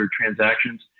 transactions